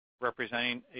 representing